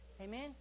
amen